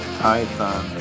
python